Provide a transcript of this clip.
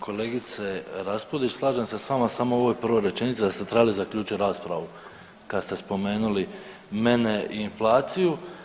Kolegice Raspudić, slažem se s vama samo u ovoj prvoj rečenici da ste trebali zaključit raspravu kad ste spomenuli mene i inflaciju.